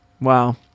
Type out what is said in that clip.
wow